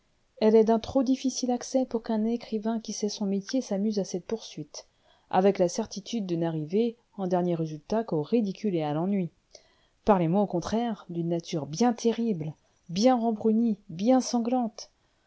elle est d'un trop difficile accès pour qu'un écrivain qui sait son métier s'amuse à cette poursuite avec la certitude de n'arriver en dernier résultat qu'au ridicule et à l'ennui parlez-moi au contraire d'une nature bien terrible bien rembrunie bien sanglante